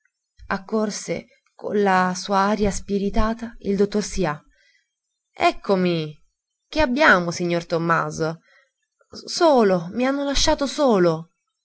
accorse con la sua aria spiritata il dottor sià eccomi che abbiamo signor ommaso olo i hanno lasciato solo